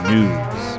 News